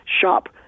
shop